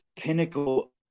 pinnacle